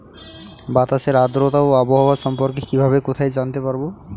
বাতাসের আর্দ্রতা ও আবহাওয়া সম্পর্কে কিভাবে কোথায় জানতে পারবো?